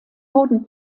wurden